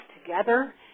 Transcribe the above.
together